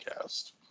cast